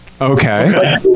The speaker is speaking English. Okay